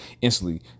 instantly